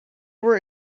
were